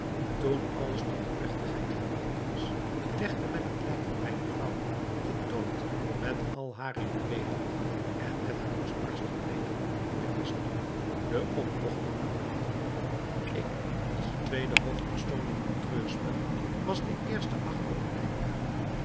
toen alles tot de plegtigheid gereed was legde men het lijk van mijne vrouw getooid met al hare juweelen en met hare kostbaarste kleederen in de kist de optogt nam een aanvang ik als de tweede hoofdpersoon in dit treurspel was de eerste achter de